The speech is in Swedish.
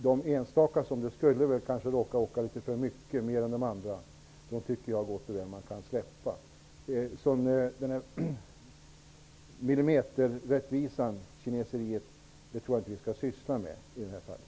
De enstaka personer som eventuellt skulle åka litet mer än andra, kan man gott och väl bortse från. Millimeterrättvisa och kineseri bör vi inte syssla med i det här fallet.